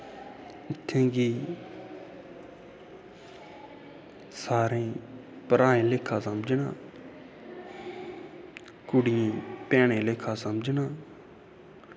इत्थें सारें गी भ्राएं आह्ला लेक्खा समझना कुड़ियें गी भैनें आह्ला लेक्खा समझना